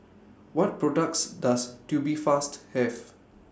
What products Does Tubifast Have